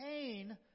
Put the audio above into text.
pain